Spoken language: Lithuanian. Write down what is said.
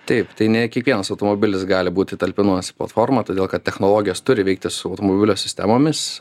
taip tai ne kiekvienas automobilis gali būti talpinamas platformą todėl kad technologijos turi veikti su automobilio sistemomis